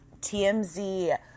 TMZ